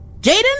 Jaden